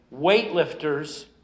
weightlifters